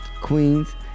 queens